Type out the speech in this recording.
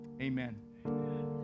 Amen